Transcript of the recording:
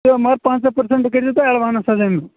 مگر پَنٛژاہ پٔرسَنٛٹ کٔرۍ زیو تُہۍ ایڈوانٕس حظ اَمیُک